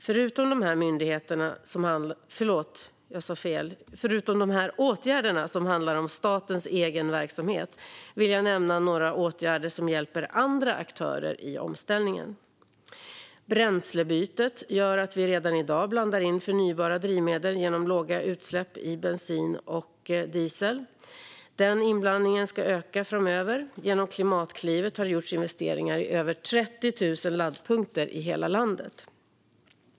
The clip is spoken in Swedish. Förutom de här åtgärderna, som handlar om statens egen verksamhet, vill jag nämna några åtgärder som hjälper andra aktörer i omställningen. Bränslebytet gör att vi redan i dag blandar in förnybara drivmedel med låga utsläpp i bensin och diesel. Den inblandningen ska öka framöver. Genom Klimatklivet har det gjorts investeringar i över 30 000 laddpunkter i hela landet.